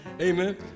amen